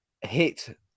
hit